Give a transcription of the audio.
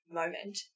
moment